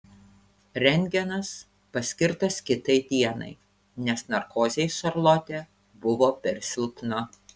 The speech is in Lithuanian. rentgenas paskirtas kitai dienai nes narkozei šarlotė buvo per silpna